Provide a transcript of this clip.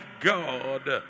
God